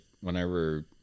whenever